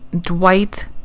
Dwight